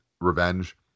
revenge